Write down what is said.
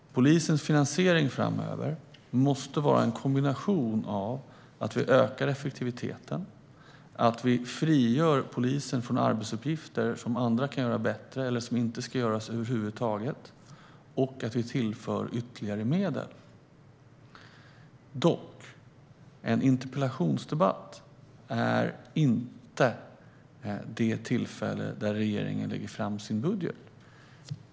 Polisens finansiering framöver måste vara en kombination av att vi ökar effektiviteten, att vi frigör polisen från arbetsuppgifter som andra kan göra bättre eller som inte ska göras över huvud taget och att vi tillför ytterligare medel. Dock är en interpellationsdebatt inte det tillfälle där regeringen lägger fram sin budget.